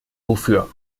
wofür